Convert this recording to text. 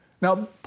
Now